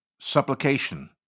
supplication